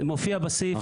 זה מופיע בסעיף.